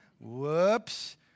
Whoops